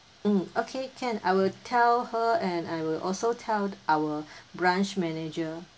mm okay can I will tell her and I will also tell our branch manager